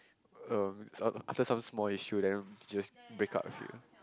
uh after some small issue then just break up with you